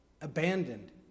abandoned